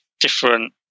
different